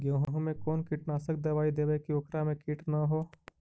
गेहूं में कोन कीटनाशक दबाइ देबै कि ओकरा मे किट न हो?